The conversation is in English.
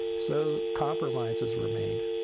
so compromises were made.